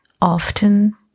often